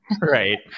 Right